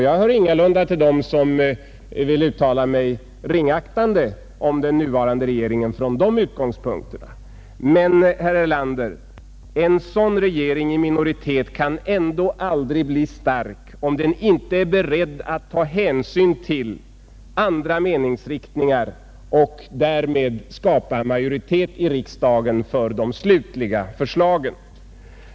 Jag hör ingalunda till dem som vill uttala sig ringaktande om den nuvarande regeringen från de utgångspunkterna. Men, herr Erlander, en sädan regering i minoritet kan ändå aldrig bli stark, om den inte är beredd att ta hänsyn till andra meningsriktningar och därmed skapa majoritet i riksdagen för de slutliga förslagen.